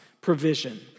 provision